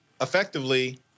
Effectively